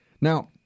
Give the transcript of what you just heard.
Now